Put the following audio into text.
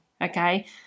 okay